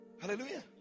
Hallelujah